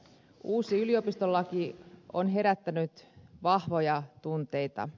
uusi yliopistolaki on herättänyt vahvoja tunteita